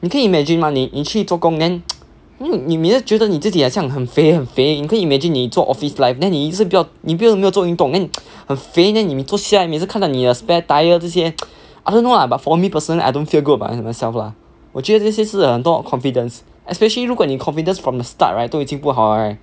你可以 imagine mah 你你去做工 then 你每次觉得你自己很像很肥很肥你可以 imagine 你做你一直不要你不是不要做运动 then 很肥你坐下来你每次看到你的 spare tyre 这些 I don't know lah but for me personally I don't feel good about my myself lah 我觉得这些是很多 confidence especially 如果你 confidence from the start right 都已经不好了 right